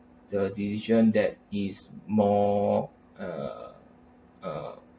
the decision that is more uh uh